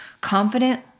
confident